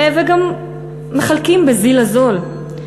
וגם מחלקים בזיל הזול?